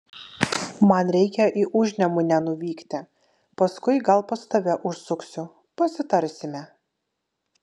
man reikia į užnemunę nuvykti paskui gal pas tave užsuksiu pasitarsime